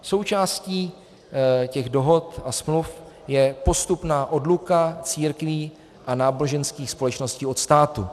Součástí těch dohod a smluv je postupná odluka církví a náboženských společností od státu.